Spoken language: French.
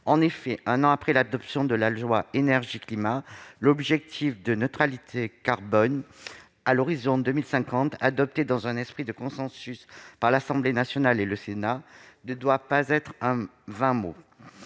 En effet, un an après l'adoption de la loi Énergie-climat, l'objectif de neutralité carbone à l'horizon 2050, adopté dans un esprit de consensus par l'Assemblée nationale et le Sénat, ne doit pas être un vain mot.